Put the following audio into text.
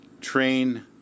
train